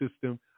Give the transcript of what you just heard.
system